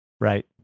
Right